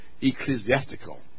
ecclesiastical